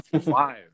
five